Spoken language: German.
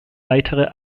weitere